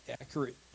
accurate